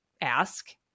ask